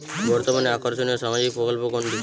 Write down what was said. বর্তমানে আকর্ষনিয় সামাজিক প্রকল্প কোনটি?